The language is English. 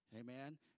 Amen